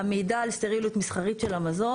המידע על סטריליות מסחרית של המזון.